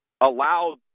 allowed